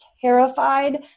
terrified